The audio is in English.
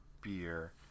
beer